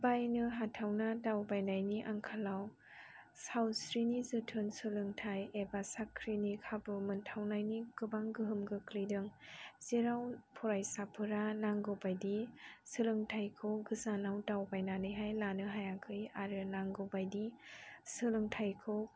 बायनो हाथावना दावबायनायनि आंखालाव सावस्रिनि जोथोन सोलोंथाय एबा साख्रिनि खाबु मोनथावनायनि गोबां गोहोम गोग्लैदों जेराव फरायसाफोरा नांगौ बायदि सोलोंथायखौ गोजानाव दावबायनानैहाय लानो हायाखै आरो नांगौ बायदि सोलोंथायखौ